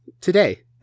today